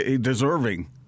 deserving